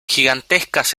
gigantescas